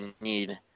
need